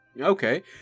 Okay